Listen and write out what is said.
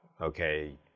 Okay